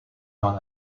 dans